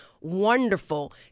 wonderful